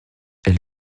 elle